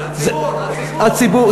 זה הציבור.